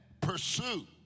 pursue